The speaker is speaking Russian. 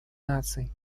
наций